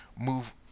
Move